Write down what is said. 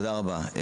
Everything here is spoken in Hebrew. תודה רבה.